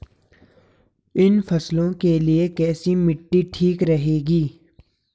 इन फसलों के लिए कैसी मिट्टी ठीक रहेगी?